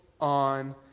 on